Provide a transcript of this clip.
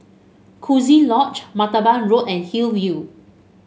Coziee Lodge Martaban Road and Hillview